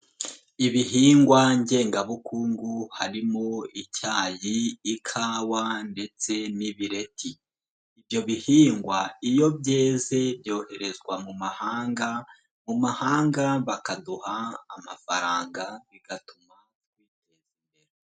Ibihingwa ngengabukungu harimo icyayi, ikawa ndetse n'ibireti, ibyo bihingwa iyo byeze byoherezwa mu mahanga, mu mahanga bakaduha amafaranga bigatuma twitezwa imbere.